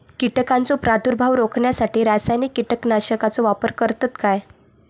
कीटकांचो प्रादुर्भाव रोखण्यासाठी रासायनिक कीटकनाशकाचो वापर करतत काय?